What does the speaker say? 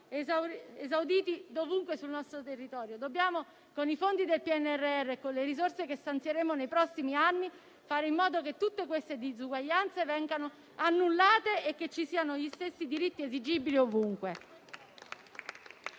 esauditi dovunque sul nostro territorio. Con i fondi del PNRR e con le risorse che stanzieremo nei prossimi anni dobbiamo fare in modo che tutte queste disuguaglianze vengano annullate e che gli stessi diritti siano esigibili ovunque.